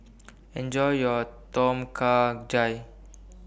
Enjoy your Tom Kha Gai